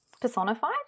personified